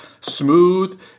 smooth